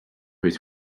his